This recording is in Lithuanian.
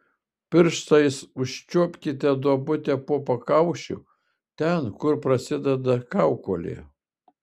pirštais užčiuopkite duobutę po pakaušiu ten kur prasideda kaukolė